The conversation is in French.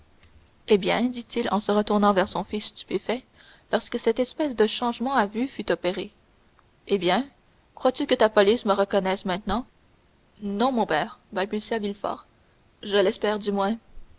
eh bien dit-il se retournant vers son fils stupéfait lorsque cette espèce de changement à vue fut opéré eh bien crois-tu que ta police me reconnaisse maintenant non mon père balbutia villefort je l'espère du moins